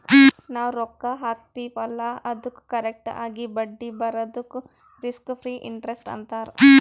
ನಾವ್ ರೊಕ್ಕಾ ಹಾಕ್ತಿವ್ ಅಲ್ಲಾ ಅದ್ದುಕ್ ಕರೆಕ್ಟ್ ಆಗಿ ಬಡ್ಡಿ ಬರದುಕ್ ರಿಸ್ಕ್ ಫ್ರೀ ಇಂಟರೆಸ್ಟ್ ಅಂತಾರ್